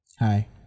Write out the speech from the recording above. Hi